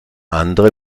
andere